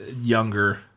younger